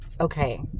okay